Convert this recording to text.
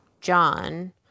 John